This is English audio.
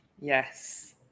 Yes